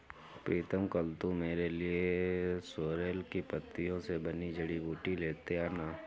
प्रीतम कल तू मेरे लिए सोरेल की पत्तियों से बनी जड़ी बूटी लेते आना